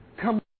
Come